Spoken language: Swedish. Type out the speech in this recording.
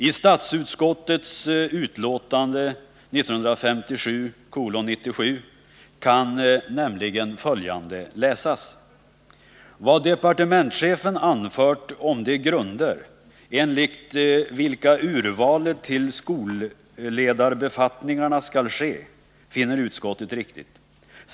I statsutskottets utlåtande 1957:97 kan nämligen ”Vad departementschefen anfört om de grunder, enligt vilka urvalet till skolledarbefattningarna skall ske, finner utskottet riktigt.